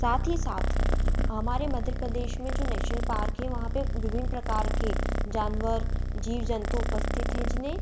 साथ ही साथ हमारे मध्य प्रदेश में जो नेशनल पार्क हैं वहाँ पे विभिन्न प्रकार के जानवर जीव जन्तु उपस्थित हैं जिन्हें